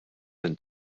minn